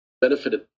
benefited